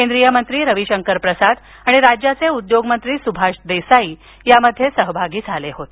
केंद्रीय मंत्री रविशंकर प्रसाद आणि राज्याचे उद्योगमंत्री सुभाष देसाई यामध्ये सहभागी झाले होते